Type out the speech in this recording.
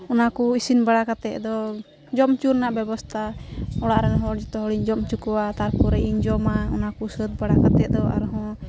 ᱚᱱᱟᱠᱚ ᱤᱥᱤᱱ ᱵᱟᱲᱟ ᱠᱟᱛᱮᱫ ᱫᱚ ᱡᱚᱢᱚᱪᱚ ᱨᱮᱱᱟᱜ ᱵᱮᱵᱚᱥᱛᱟ ᱚᱲᱟᱜᱨᱮᱱ ᱦᱚᱲ ᱡᱚᱛᱚᱦᱚᱲᱤᱧ ᱡᱚᱢᱚᱪᱚ ᱠᱚᱣᱟ ᱛᱟᱯᱚᱨᱮᱧ ᱡᱚᱢᱟ ᱚᱱᱟᱠᱚ ᱥᱟᱹᱛᱵᱟᱲᱟ ᱠᱟᱛᱮᱫ ᱫᱚ ᱟᱨᱦᱚᱸ